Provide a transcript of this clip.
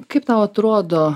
kaip tau atrodo